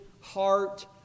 heart